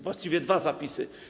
Właściwie dwa zapisy.